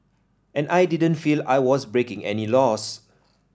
and I didn't feel I was breaking any laws